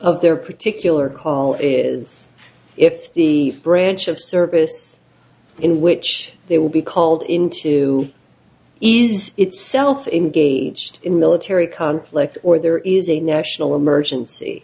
of their particular call is if the branch of service in which they will be called in to ease itself engaged in military conflict or there is a national emergency